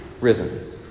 risen